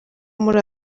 muri